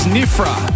Nifra